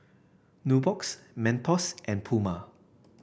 Nubox Mentos and Puma